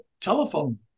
telephone